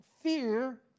fear